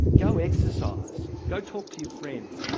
go exercise, go talk to your friends.